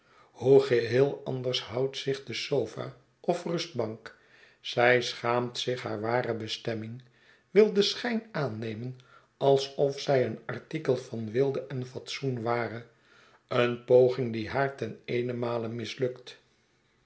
hoe geheel anders houdt zich de sofa of rustbank zij schaamt zich haar warebestemming wil den schijn aannemen alsof zij een artikel van weelde en fatsoen ware een poging die haar ten eenenmale mislukt